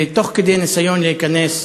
ותוך כדי ניסיון להיכנס